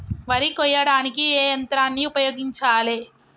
వరి కొయ్యడానికి ఏ యంత్రాన్ని ఉపయోగించాలే?